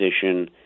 position